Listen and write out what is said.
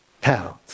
pounds